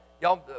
y'all